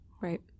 Right